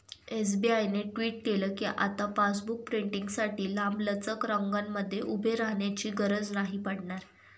SBI ने tweet केल कीआता पासबुक प्रिंटींगसाठी लांबलचक रंगांमध्ये उभे राहण्याची गरज नाही पडणार